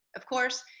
of course,